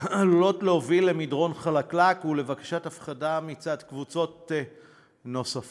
עלולה להוביל למדרון חלקלק ולבקשת הפחתה מצד קבוצות נוספות,